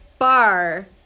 Bar